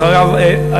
אחריו,